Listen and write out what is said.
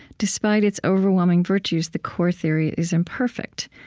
despite its overwhelming virtues, the core theory is imperfect.